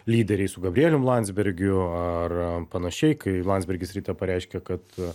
lyderiais su gabrielium landsbergiu ar panašiai kai landsbergis rytą pareiškė kad